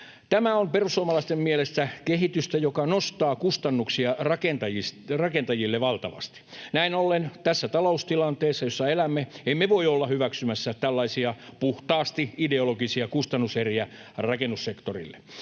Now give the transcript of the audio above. Tämä on perussuomalaisten mielestä kehitystä, joka nostaa kustannuksia rakentajille valtavasti. Näin ollen tässä taloustilanteessa, jossa elämme, emme voi olla hyväksymässä tällaisia puhtaasti ideologisia kustannuseriä rakennussektorille